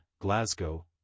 Glasgow